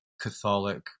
Catholic